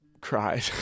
cried